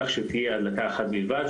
כך שתהיה הדלקה אחת בלבד,